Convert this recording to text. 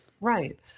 right